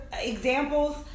examples